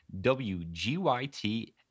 WGYT